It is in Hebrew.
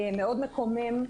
מאוד מקומם.